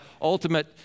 ultimate